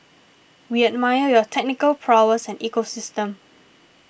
we admire your technical prowess and ecosystem